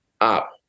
up